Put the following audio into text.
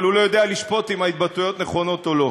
אבל הוא לא יודע לשפוט אם ההתבטאויות נכונות או לא.